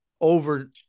over